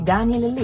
Daniel